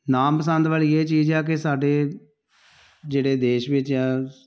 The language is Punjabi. ਨਾ ਪਸੰਦ ਵਾਲੀ ਇਹ ਚੀਜ਼ ਆ ਕਿ ਸਾਡੇ ਜਿਹੜੇ ਦੇਸ਼ ਵਿੱਚ